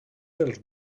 els